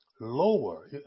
lower